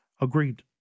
Agreed